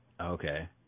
Okay